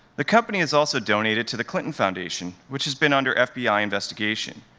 the company has also donated to the clinton foundation, which has been under fbi investigation.